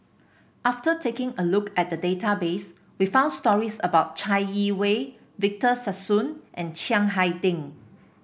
after taking a look at database we found stories about Chai Yee Wei Victor Sassoon and Chiang Hai Ding